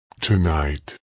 tonight